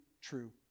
true